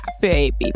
Baby